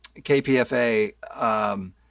KPFA